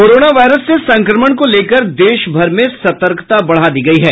corona virus से संक्रमण को लेकर देशभर में सतर्कता बढ़ा दी गयी है